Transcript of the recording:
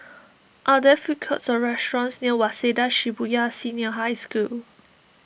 are there food courts or restaurants near Waseda Shibuya Senior High School